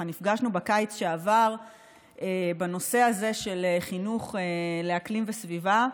שנפגשנו בקיץ שעבר בנושא הזה של חינוך לאקלים וסביבה,